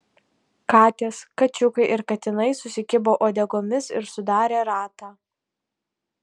katės kačiukai ir katinai susikibo uodegomis ir sudarė ratą